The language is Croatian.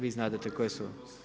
Vi znadete koje su.